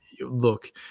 look